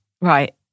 Right